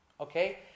Okay